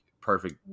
perfect